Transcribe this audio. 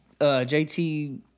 JT